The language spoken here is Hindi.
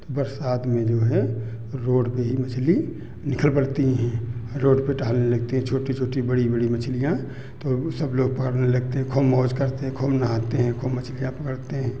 तो बरसात में जो हैं रोड पे ही मछली निकल पड़ती हैं रोड पे टहलने लगती हैं छोटी छोटी बड़ी बड़ी मछलियाँ तो सब लोग पकड़ने लगते हैं खूब मौज करते हैं खूब नहाते हैं खूब मछलियाँ पकड़ते हैं